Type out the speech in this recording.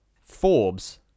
Forbes